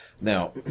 Now